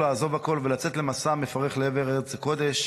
לעזוב הכול ולצאת למסע מפרך לעבר ארץ הקודש,